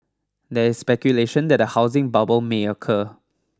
there is speculation that a housing bubble may occur